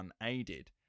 unaided